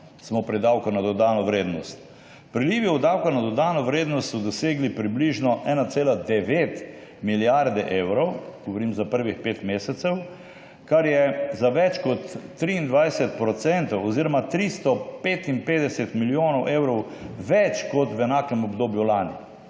smo pri davku na dodano vrednost. Prilivi od davkov na dodano vrednost so dosegli približno 1,9 milijarde evrov – govorim za prvih pet mesecev – kar je za več kot 23 % oziroma 355 milijonov evrov več kot v enakem obdobju lani.